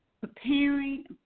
Preparing